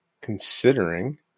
considering